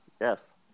Yes